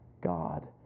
God